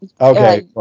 Okay